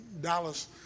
Dallas